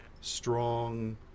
strong